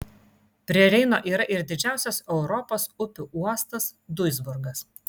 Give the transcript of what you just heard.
prie reino yra ir didžiausias europos upių uostas duisburgas